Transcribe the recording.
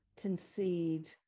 concede